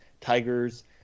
Tigers